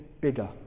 bigger